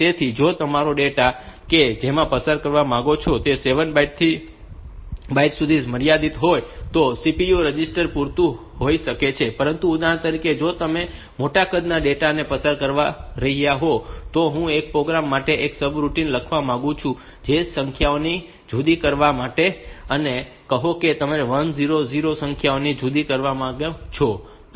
તેથી જો તમારો ડેટા કે જે તમે પસાર કરવા માંગો છો તે 7 બાઇટ્સ સુધી મર્યાદિત હોય તો આ CPU રજિસ્ટર પૂરતું હોઈ શકે છે પરંતુ ઉદાહરણ તરીકે જો તમે મોટા કદના ડેટા ને પસાર કરવા માટે કહી રહ્યાં હોવ તો હું એક પ્રોગ્રામ માટે એક સબરૂટિન લખવા માંગુ છું જે સંખ્યાઓને જુદી કરવા માટે છે અને કહો કે તમે 100 સંખ્યાઓને જુદી કરવા માંગો છો